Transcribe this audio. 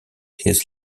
his